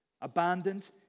abandoned